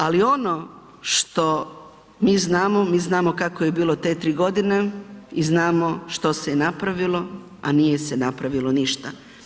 Ali ono što mi znamo, mi znamo kako je bilo te tri godine i znamo što se je napravilo, a nije se napravilo ništa.